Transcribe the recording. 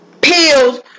pills